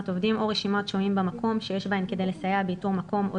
עובדים או רשימות שוהים במקום שיש בהם כדי לסייע באיתור מקום או